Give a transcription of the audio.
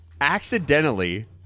accidentally